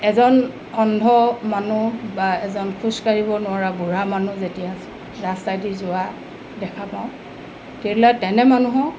এজন অন্ধ মানুহ বা এজন খোজকাঢ়িব নোৱাৰা বুঢ়া মানুহ যেতিয়া ৰাস্তাইদি যোৱা দেখা পাওঁ তেতিয়াহলে তেনে মানুহক